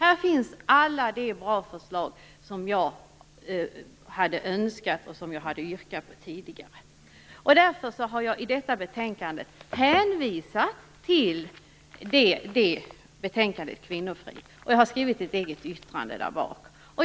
I detta betänkande finns förslag på allt det som jag har yrkat på tidigare. Därför har jag i detta betänkande hänvisat till betänkandet Kvinnofrid, och jag har skrivit ett eget yttrande.